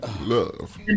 Love